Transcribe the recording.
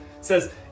says